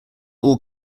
all